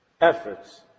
efforts